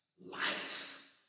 life